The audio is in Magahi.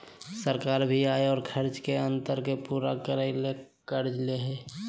सरकार भी आय और खर्च के अंतर के पूरा करय ले कर्ज ले हइ